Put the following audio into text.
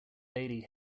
lady